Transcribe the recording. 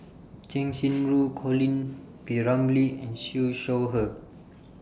Cheng Xinru Colin P Ramlee and Siew Shaw Her